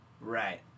Right